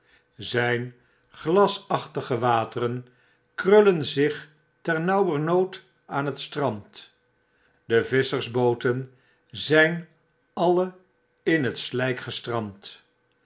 zyne glasachtige wateren krullen zich ternauwernood aan het strand de visschersbooten zyn alle in het slyk gestrand